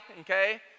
Okay